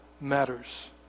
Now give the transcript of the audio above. matters